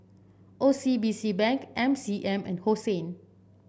O C B C Bank M C M and Hosen